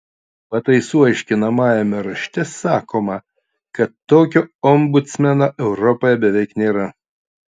pataisų aiškinamajame rašte sakoma kad tokio ombudsmeno europoje beveik nėra